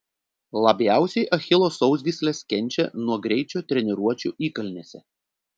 labiausiai achilo sausgyslės kenčia nuo greičio treniruočių įkalnėse